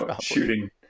shooting